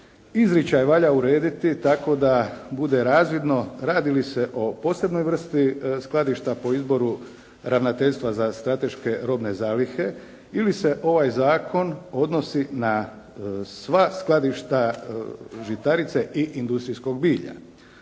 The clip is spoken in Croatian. izričaj valja urediti tako da bude razvidno radi li se o posebnoj vrsti skladišta po izboru ravnateljstva za strateške robne zalihe ili se ovaj zakon odnosi na sva skladišta žitarice i industrijskog bilja.